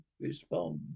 respond